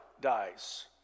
dies